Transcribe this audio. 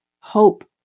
hope